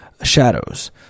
shadows